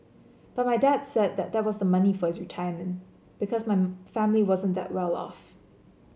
but my dad said that that was the money for his retirement because my family wasn't that well off